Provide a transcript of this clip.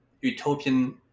utopian